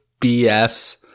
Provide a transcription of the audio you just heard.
BS